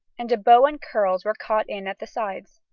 and a bow and pearls were caught in at the sides.